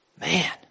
man